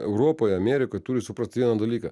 europoj amerikoj turi suprast vieną dalyką